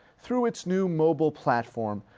through its new mobile platform,